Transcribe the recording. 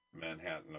Manhattan